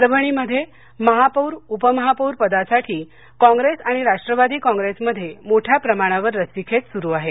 परभणीमध्ये महापौर उपमहापौर पदासाठी कॉप्रेस राष्ट्रवादी कॉप्रेसमध्ये मोठ्या प्रमाणावर रस्सीखेच सुरु आहे